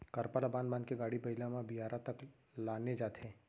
करपा ल बांध बांध के गाड़ी बइला म बियारा तक लाने जाथे